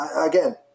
Again